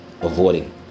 avoiding